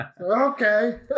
Okay